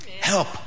help